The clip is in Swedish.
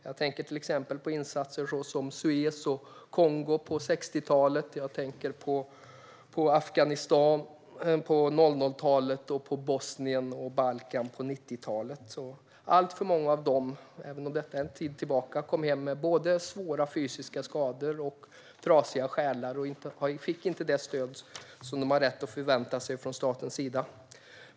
Jag tänker till exempel på insatser som Suez och Kongo på 60-talet, Afghanistan på 00-talet och Bosnien och Balkan på 90-talet. Alltför många av dem, även om detta är en tid tillbaka, kom hem med både svåra fysiska skador och trasiga själar och fick inte det stöd som de har rätt att förvänta sig från statens sida.